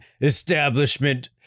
establishment